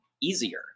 easier